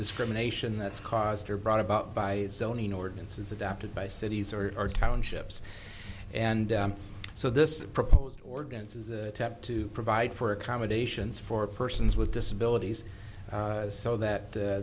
discrimination that's caused or brought about by zoning ordinance is adopted by cities or are townships and so this proposed ordinances attempt to provide for accommodations for persons with disabilities so that